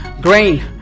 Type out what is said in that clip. green